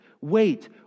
wait